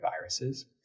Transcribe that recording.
viruses